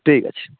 ঠিক আছে